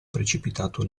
precipitato